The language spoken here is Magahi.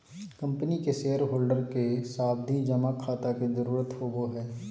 कम्पनी के शेयर होल्डर के सावधि जमा खाता के जरूरत होवो हय